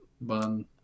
bun